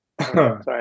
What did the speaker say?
sorry